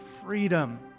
Freedom